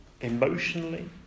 emotionally